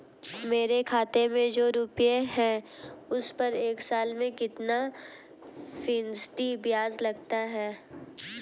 मेरे खाते में जो रुपये हैं उस पर एक साल में कितना फ़ीसदी ब्याज लगता है?